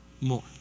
more